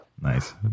Nice